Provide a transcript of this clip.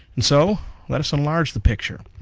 and so let us enlarge the picture.